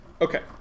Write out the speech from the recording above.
Okay